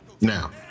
now